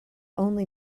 only